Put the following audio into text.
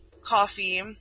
coffee